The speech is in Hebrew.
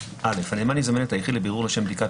הנאמן יזמן את היחיד לבירור לשם בדיקת